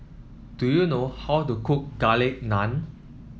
do you know how to cook Garlic Naan